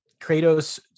Kratos